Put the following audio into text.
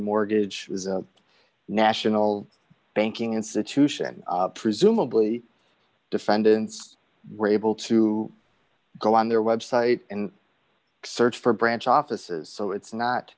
mortgage was a national banking institution presumably defendants were able to go on their web site and search for branch offices so it's not